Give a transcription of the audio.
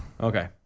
Okay